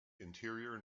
interior